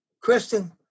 Kristen